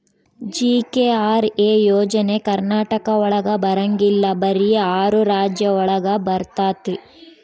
GKRA ಯೋಜನೆ ಕರ್ನಾಟಕ ಒಳಗ ಬರಂಗಿಲ್ಲ ಬರೀ ಆರು ರಾಜ್ಯ ಒಳಗ ಬರ್ತಾತಿ